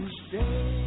stay